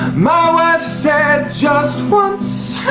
my wife said just once